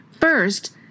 First